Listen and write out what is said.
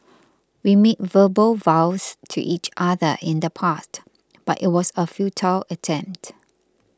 we made verbal vows to each other in the past but it was a futile attempt